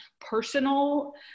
personal